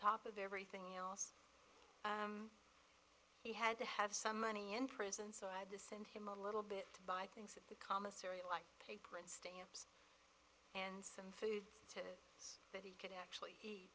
top of everything else he had to have some money in prison so i had to send him a little bit buy things at the commissary like paper and stamps and some food to but he could actually